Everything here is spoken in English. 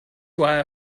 why